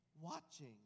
watching